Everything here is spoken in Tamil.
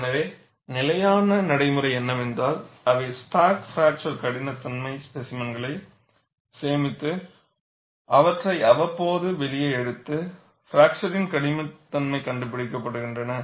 எனவே நிலையான நடைமுறை என்னவென்றால் அவை ஸ்டாக் பிராக்சர் கடினத்தன்மை ஸ்பேசிமென்களை சேமித்து அவற்றை அவ்வப்போது வெளியே எடுத்து பிராக்சர் கடினத்தன்மையைக் கண்டுபிடிக்கின்றன